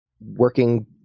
working